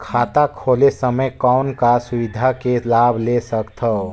खाता खोले समय कौन का सुविधा के लाभ ले सकथव?